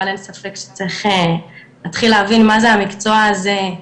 אבל אין ספק שצריך להתחיל להבין מה זה המקצוע הזה,